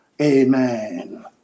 amen